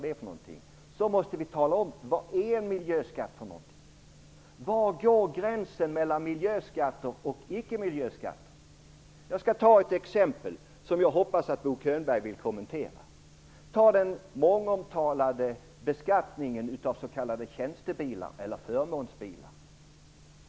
fundera över vad en miljöskatt är för någonting. Var går gränsen mellan miljöskatter och icke miljöskatter? Jag skall ta upp ett exempel som jag hoppas att Bo Könberg vill kommentera. Det gäller den mångomtalade beskattningen av s.k. tjänstebilar eller förmånsbilar.